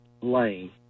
lane